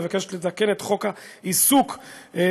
מוצע לתקן את חוק העיסוק באופטומטריה,